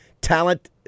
talent